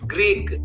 Greek